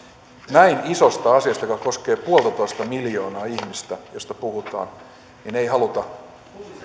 näin isosta asiasta joka koskee yhtä pilkku viittä miljoonaa ihmistä josta puhutaan ei haluta